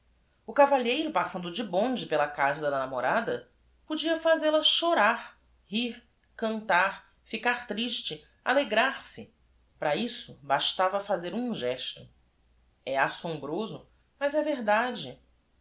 cavalhei ro passando de bonde pela casa da namorada podia fazel-a chorar r i r cantar ficar triste alegrar se ara isso bastava fazer um gesto assombroso mas é verdade